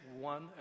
one